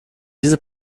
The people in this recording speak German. diese